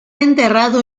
enterrado